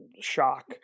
shock